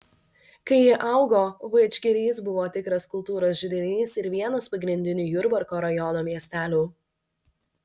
kai ji augo vadžgirys buvo tikras kultūros židinys ir vienas pagrindinių jurbarko rajono miestelių